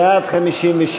בעד, 57,